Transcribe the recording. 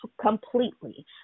completely